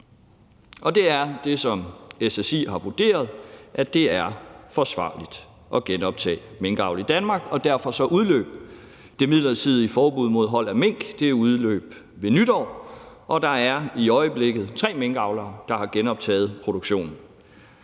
Og det er det, som SSI har vurderet: at det er forsvarligt at genoptage minkavl i Danmark. Derfor udløb det midlertidige forbud mod hold af mink ved nytår, og der er i øjeblikket tre minkavlere, der har genoptaget produktionen.